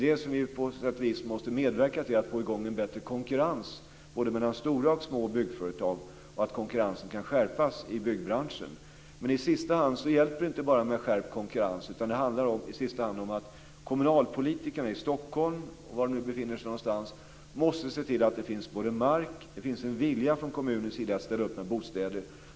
Vad vi på sätt och vis måste medverka till är att få i gång en bättre konkurrens mellan stora och små företag och att konkurrensen kan skärpas inom byggbranschen. Men till syvende och sist räcker det inte med bara skärpt konkurrens, utan sist och slutligen handlar det också om att kommunalpolitikerna i Stockholm, eller var de nu befinner sig, måste se till att det finns både mark och en vilja från kommunens sida att ställa upp med bostäder.